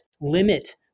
limit